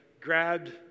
grabbed